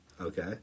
okay